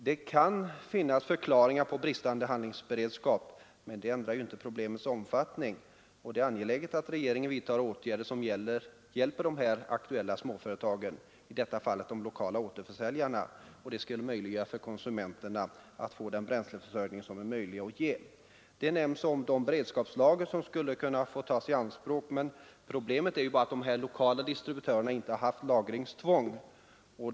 Det kan finnas förklaringar till bristande handlingsberedskap men detta ändrar ju inte problemets omfattning. Det är angeläget att regeringen vidtar åtgärder som hjälper de aktuella småföretagen — i detta fall de lokala återförsäljarna. Det skulle göra att konsumenterna kunde få den bränsleförsörjning som är möjlig att ge. Det talas om de beredskapslager som skulle kunna få tas i anspråk. Men problemet är att de lokala distributörerna inte har haft lagringstvång.